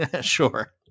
Sure